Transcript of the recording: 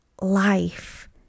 life